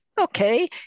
Okay